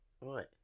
Right